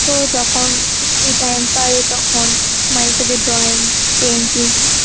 তো যখন সেই টাইম পাই তখন মাঝেসাঝে ড্রয়িং পেইন্টিং